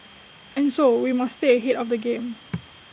and so we must stay ahead of the game